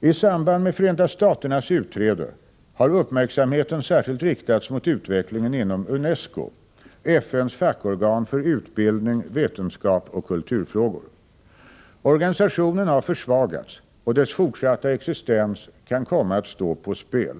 I samband med Förenta Staternas utträde har uppmärksamheten särskilt riktats mot utvecklingen inom UNESCO, FN:s fackorgan för utbildning, vetenskap och kulturfrågor. Organisationen har försvagats och dess fortsatta existens kan komma att stå på spel.